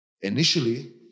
Initially